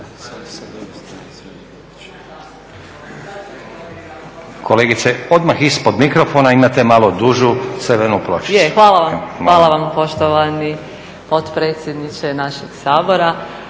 Kolegice, odmah ispod mikrofona imate malo dužu crvenu pločicu. **König, Sonja (HNS)** Je, hvala vam. Hvala vam poštovani potpredsjedniče našeg Sabora.